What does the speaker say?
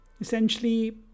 essentially